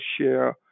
share